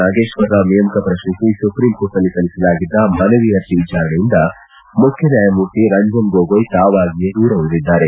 ನಾಗೇಶ್ವರರಾವ್ ನೇಮಕ ಪ್ರಶ್ನಿಸಿ ಸುಪ್ರೀಂ ಕೋರ್ಟ್ನಲ್ಲಿ ಸಲ್ಲಿಸಲಾಗಿದ್ದ ಮನವಿ ಅರ್ಜಿ ವಿಚಾರಣೆಯಿಂದ ಮುಖ್ಯ ನ್ಯಾಯಮೂರ್ತಿ ರಂಜನ್ ಗೊಗೋಯ್ ತಾವಾಗೆಯೇ ದೂರ ಉಳಿದಿದ್ದಾರೆ